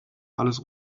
alles